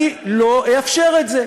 אני לא אאפשר את זה.